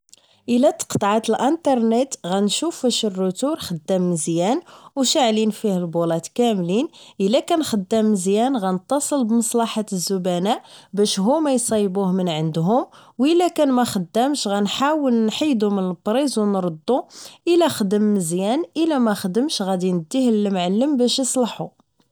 الا تقطعات الانترنيت غنشوف واش الرتور واش خدام مزيان واش شاعلين فيه البولات كاملين الا كان خدام مزيان غنتصل بمصلحة الزبناء باش هما اصايبوه من عندهم و الا كان ماخدامش غنحاول نحيد من البريز و نردو الا خدم مزيان الا مخدمش غانديه للمعلم باش اصلحو